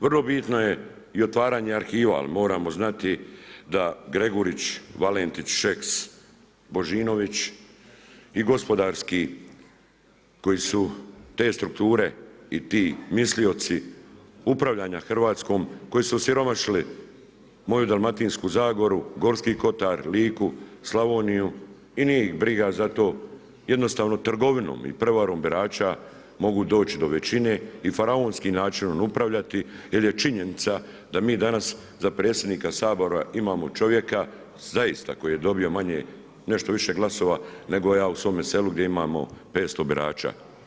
Vrlo bitno je i otvaranje arhiva, ali moramo znati da Gregurić, Valentić, Šeks, Božinović i gospodarski koji su te strukture i ti mislioci upravljanja Hrvatskom koji su osiromašili moju Dalmatinsku zagoru, Gorski kotar, Liku, Slavoniju i nije ih briga za to, jednostavno trgovinom i prevarom birača mogu doći do većine i faraonskim načinom upravljati jer je činjenica da mi danas za predsjednika Sabora imamo čovjeka zaista koji je dobio manje nešto više glasova nego ja u svome selu gdje imamo 500 birača.